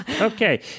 Okay